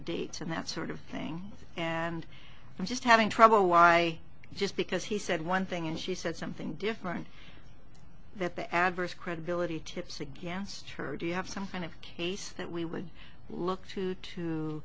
dates and that sort of thing and i'm just having trouble why just because he said one thing and she said something different that the adverse credibility tips against her do you have some kind of case that we would look to to